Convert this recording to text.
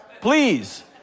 Please